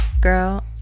girl